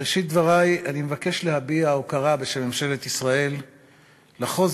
בראשית דברי אני מבקש להביע הוקרה בשם ממשלת ישראל על החוזק,